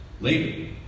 Later